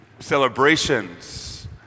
celebrations